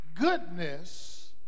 goodness